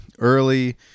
Early